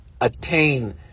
attain